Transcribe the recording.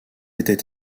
était